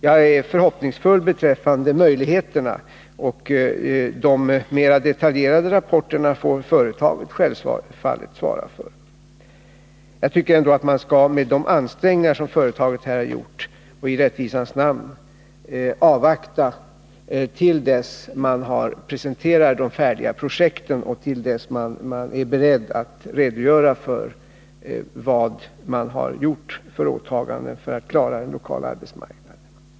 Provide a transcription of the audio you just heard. Jag är förhoppningsfull beträffande möjligheterna, och de mera detaljerade rapporterna får företaget självfallet svara för. Med hänsyn till de ansträngningar företaget har gjort tycker jag att vi i rättvisans nama skall avvakta till dess man presenterar de färdiga projekten och till dess man är beredd att redogöra för de åtaganden man har gjort för att klara den lokala arbetsmarknaden.